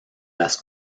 las